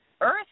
earth